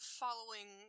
following